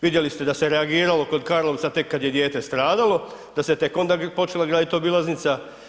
Vidjeli ste da se reagiralo kod Karlovca tek kada je dijete stradalo, da se tek onda počela graditi obilaznica.